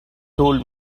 told